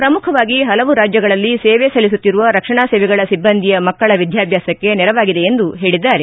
ಪ್ರಮುಖವಾಗಿ ಹಲವು ರಾಜ್ಯಗಳಲ್ಲಿ ಸೇವೆ ಸಲ್ಲಿಸುತ್ತಿರುವ ರಕ್ಷಣಾ ಸೇವೆಗಳ ಸಿಟ್ಟಂದಿಯ ಮಕ್ಕಳ ವಿದ್ಯಾಭ್ಯಾಸಕ್ಕೆ ನೆರವಾಗಿದೆ ಎಂದು ಪೇಳಿದ್ದಾರೆ